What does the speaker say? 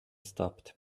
stopped